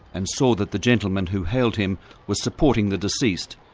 and saw that the gentleman who hailed him was supporting the deceased,